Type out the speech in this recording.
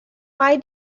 why